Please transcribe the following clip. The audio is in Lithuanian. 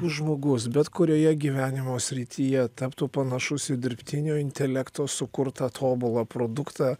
žmogus bet kurioje gyvenimo srityje taptų panašus į dirbtinio intelekto sukurtą tobulą produktą